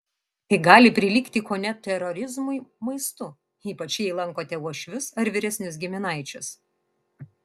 tai gali prilygti kone terorizmui maistu ypač jei lankote uošvius ar vyresnius giminaičius